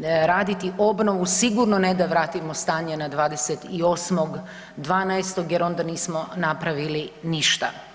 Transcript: raditi obnovu sigurno ne da vratimo stanje na 28.12. jer onda nismo napravili ništa.